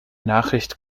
nachricht